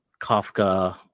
Kafka